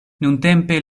nuntempe